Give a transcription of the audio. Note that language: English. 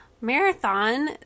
marathon